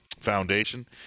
Foundation